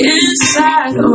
inside